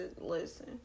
Listen